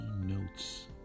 notes